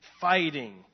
fighting